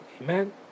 Amen